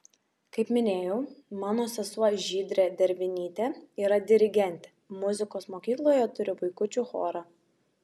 kaip minėjau mano sesuo žydrė dervinytė yra dirigentė muzikos mokykloje turi vaikučių chorą